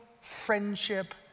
friendship